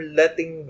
letting